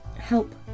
help